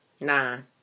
Nine